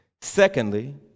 Secondly